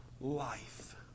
life